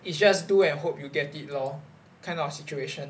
it's just do and hope you get it lor kind of situation